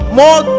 more